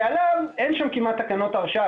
שעליו אין שם כמעט תקנות הרשאה,